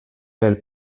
pel